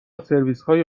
سرویسهای